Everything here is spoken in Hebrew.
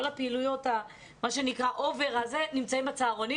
כל הפעילויות מה שנקרא אובר נמצאות בצהרונים